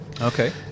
Okay